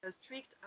strict